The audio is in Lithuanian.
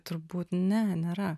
turbūt ne nėra